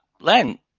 Len